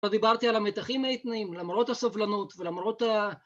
‫עכשיו דיברתי על המתחים האתניים, ‫למרות הסובלנות ולמרות ה...